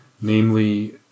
Namely